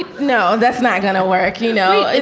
no, that's not going to work you know, and